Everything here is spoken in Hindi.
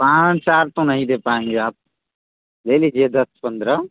पाबच चार तो नहीं दे पाएंगे आप ले लीजिए दस पंद्रह